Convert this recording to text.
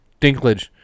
Dinklage